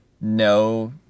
no